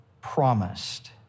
promised